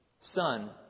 Son